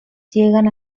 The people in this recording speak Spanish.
llegan